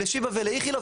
לשיבא ולאיכילוב,